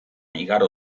igaro